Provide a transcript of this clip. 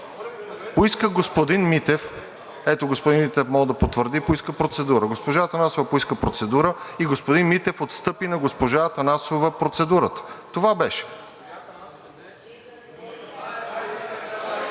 залата. Господин Митев поиска – ето, господин Митев може да потвърди, поиска процедура. Госпожа Атанасова поиска процедура и господин Митев отстъпи на госпожа Атанасова процедурата. Това беше.